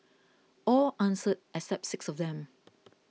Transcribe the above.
all answered except six of them